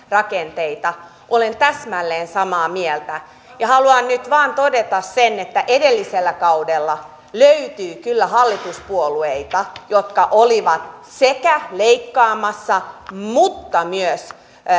rakenteita olen täsmälleen samaa mieltä haluan nyt vain todeta sen että edellisellä kaudella löytyi kyllä hallituspuolueita jotka olivat sekä leikkaamassa mutta myös